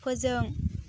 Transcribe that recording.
फोजों